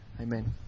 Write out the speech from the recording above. amen